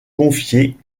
confiés